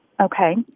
Okay